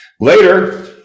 Later